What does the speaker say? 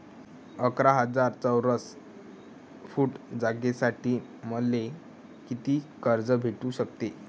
अकरा हजार चौरस फुट जागेसाठी मले कितीक कर्ज भेटू शकते?